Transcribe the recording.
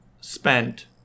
spent